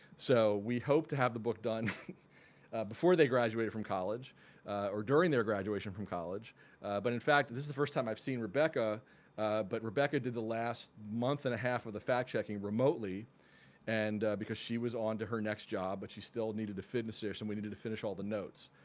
so we hoped to have the book done before they graduated from college or during their graduation from college but in fact this is the first time i've seen rebecca but rebecca did the last month and a half of the fact-checking remotely and because she was on to her next job but she still needed to finish finish and we needed to finish all the notes.